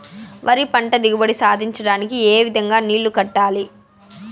వరి పంట దిగుబడి సాధించడానికి, ఏ విధంగా నీళ్లు కట్టాలి?